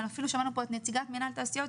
ואפילו שמענו פה את נציגת מינהל תעשיות,